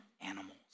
animals